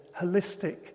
holistic